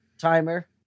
timer